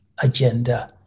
agenda